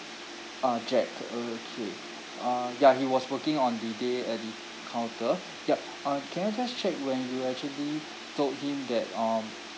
uh jack okay uh ya he was working on the day at the counter yup uh can I just check when you actually told him that um